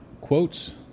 quotes